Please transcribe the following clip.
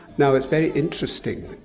now it's very interesting.